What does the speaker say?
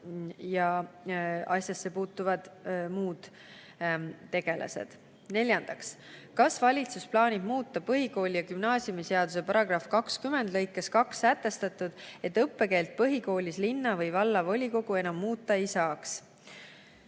asjasse puutuvad inimesed. Neljandaks: "Kas valitsus plaanib muuta põhikooli- ja gümnaasiumiseaduse § 20 lõikes 2 sätestatut, et õppekeelt põhikoolis linna- või vallavolikogu enam muuta ei saaks?"